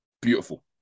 Beautiful